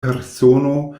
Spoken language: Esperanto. persono